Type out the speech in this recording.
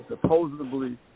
supposedly